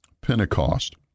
Pentecost